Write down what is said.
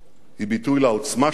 היא ביטוי לעוצמה שלנו,